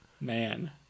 Man